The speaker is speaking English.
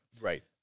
Right